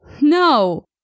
No